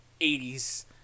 80s